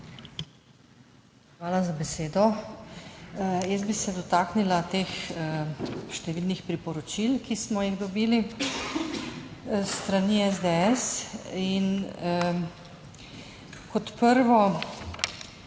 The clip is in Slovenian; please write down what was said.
Hvala za besedo. Jaz bi se dotaknila številnih priporočil, ki smo jih dobili s strani SDS. Najprej